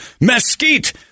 mesquite